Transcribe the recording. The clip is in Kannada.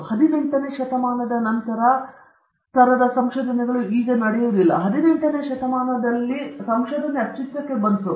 ಈಗ ಹದಿನೆಂಟನೇ ಶತಮಾನದ ನಂತರ ನಾವು ಅರ್ಥಮಾಡಿಕೊಂಡಂತೆ ಸಂಶೋಧನೆ ಅಸ್ತಿತ್ವಕ್ಕೆ ಬಂದಿತು